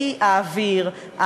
כי האוויר,